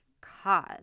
cause